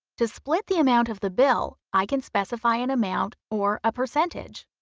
to split the amount of the bill, i can specify an amount or a percentage.